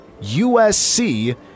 USC